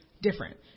Different